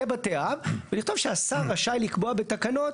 יהיה בתי אב ולכתוב שהשר יהיה רשאי לקבוע בתקנות